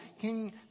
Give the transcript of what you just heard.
King